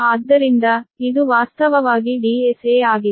ಆದ್ದರಿಂದ ಇದು ವಾಸ್ತವವಾಗಿ DSA ಆಗಿದೆ